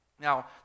Now